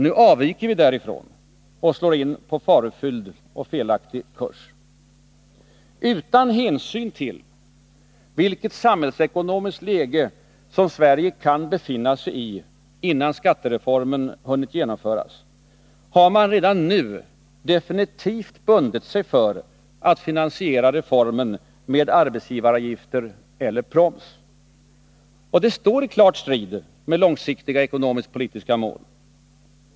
Nu avviker vi därifrån och slår in på en farofylld och felaktig kurs. Utan hänsyn till vilket samhällsekonomiskt läge som Sverige kan befinna sig i innan skattereformen hunnit genomföras, har man redan nu definitivt bundit sig för att finansiera reformen med arbetsgivaravgifter eller proms. Detta står klart i strid med våra långsiktiga ekonomisk-politiska mål.